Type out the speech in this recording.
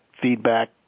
feedback